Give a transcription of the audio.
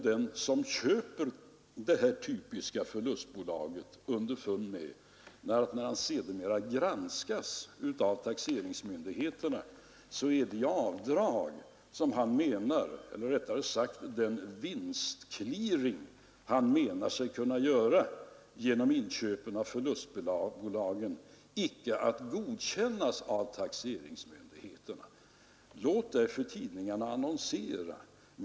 Den som köper ett sådant typiskt förlustbolag kommer emellertid, när han sedermera granskas av taxeringsmyndigheter na, att bli medveten om att de avdrag eller rättare sagt den vinstelearing han menar sig härigenom kunna göra icke blir godkänd av taxeringsmyndigheterna. Låt därför tidningarna annonsera!